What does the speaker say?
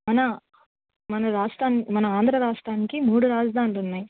మన మన రాష్ట్ర మన ఆంధ్రరాష్ట్రానికి మూడు రాజధానులు ఉన్నాయి